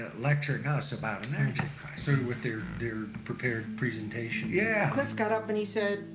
ah lecturing us about an energy crisis. through with their prepared presentation? yeah. cliff got up and he said,